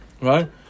right